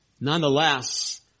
nonetheless